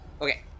okay